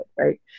right